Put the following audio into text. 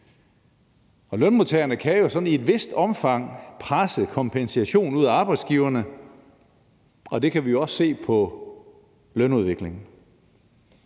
Lønmodtagerne kan jo i et vist omfang presse kompensation ud af arbejdsgiverne, og det kan vi også se på lønudviklingen.